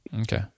okay